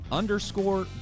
underscore